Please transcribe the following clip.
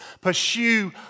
Pursue